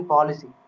Policy